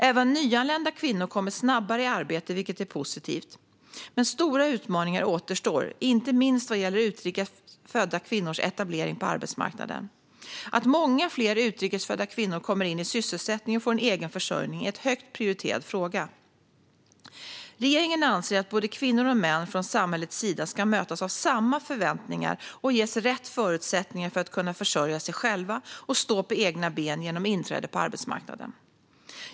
Även nyanlända kvinnor kommer snabbare i arbete, vilket är positivt. Men stora utmaningar återstår, inte minst vad gäller utrikes födda kvinnors etablering på arbetsmarknaden. Att många fler utrikes födda kvinnor kommer i sysselsättning och får en egenförsörjning är en högt prioriterad fråga. Regeringen anser att både kvinnor och män från samhällets sida ska mötas av samma förväntningar och ges rätt förutsättningar för att försörja sig själva och stå på egna ben genom inträde på arbetsmarknaden.